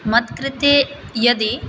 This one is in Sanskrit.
मत्कृते यदि